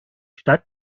stadt